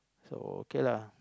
so okay lah